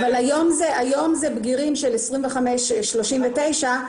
אבל היום זה בגירים של 25 עד 39,